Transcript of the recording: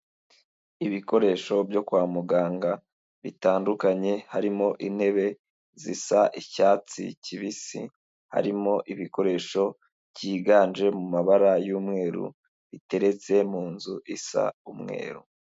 Ibikoresho byo kwa muganga bitandukanye, harimo intebe zisa icyatsi kibisi, harimo ibikoresho byiganje mu mabara y'umweru biteretse mu nzu isa umweru.